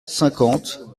cinquante